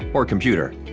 or computer,